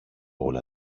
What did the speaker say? όλα